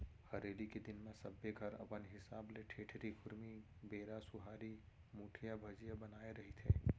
हरेली के दिन म सब्बो घर अपन हिसाब ले ठेठरी, खुरमी, बेरा, सुहारी, मुठिया, भजिया बनाए रहिथे